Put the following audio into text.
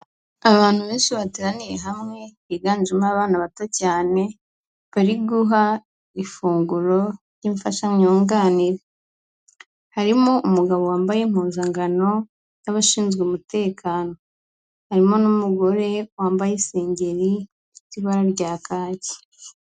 Abantu benshi bateraniye hamwe, higanjemo abana bato cyane, bari guha ifunguro ry'imfashamyunganire. Harimo umugabo wambaye impuzangano y'abashinzwe umutekano. Harimo n'umugore wambaye isengeri ry'ibara rya kake.